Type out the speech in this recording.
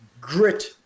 grit